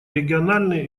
региональные